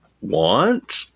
want